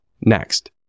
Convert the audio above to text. Next